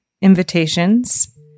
invitations